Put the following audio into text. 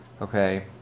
Okay